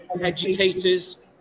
educators